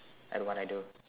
at what I do